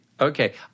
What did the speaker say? Okay